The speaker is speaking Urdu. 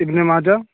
ابن ماجہ